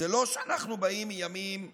זה לא שאנחנו באים מימים זוהרים,